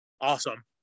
Awesome